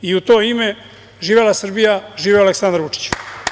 U to ime živela Srbija, živeo Aleksandar Vučić.